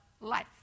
life